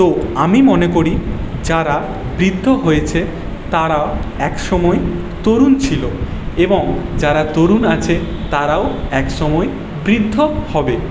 তো আমি মনে করি যারা বৃদ্ধ হয়েছে তারাও একসময় তরুণ ছিল এবং যারা তরুণ আছে তারাও একসময় বৃদ্ধ হবে